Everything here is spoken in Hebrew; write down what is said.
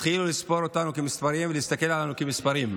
התחילו לספור אותנו כמספרים ולהסתכל עלינו כמספרים: